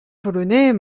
polonais